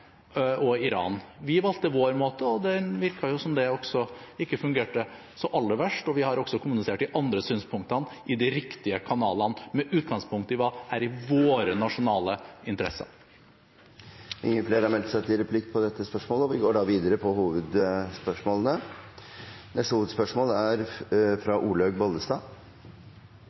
og Iran. Vi valgte vår måte, og det virket som at det fungerte ikke så aller verst, og vi har også kommunisert de andre synspunktene i de riktige kanalene med utgangspunkt i hva som er i våre nasjonale interesser. Vi går videre til neste hovedspørsmål. Nå skal vi flytte oss fra USA, Trump og